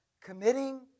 committing